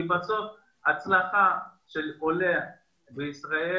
בסוף הצלחה של עולה בישראל,